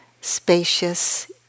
spacious